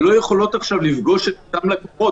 התעשייה הזאת לא יכולה לפגוש את אותם לקוחות.